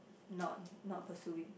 not not pursue it